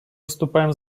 выступаем